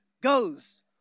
goes